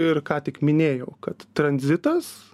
ir ką tik minėjau kad tranzitas